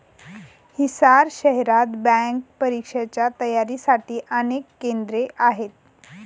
हिसार शहरात बँक परीक्षांच्या तयारीसाठी अनेक केंद्रे आहेत